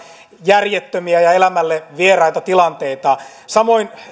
järjettömiä ja elämälle vieraita tilanteita samoin